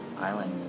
island